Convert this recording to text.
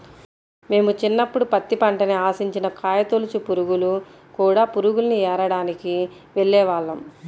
మేము చిన్నప్పుడు పత్తి పంటని ఆశించిన కాయతొలచు పురుగులు, కూడ పురుగుల్ని ఏరడానికి వెళ్ళేవాళ్ళం